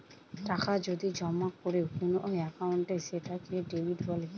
টাকা যদি জমা করে কোন একাউন্টে সেটাকে ডেবিট বলে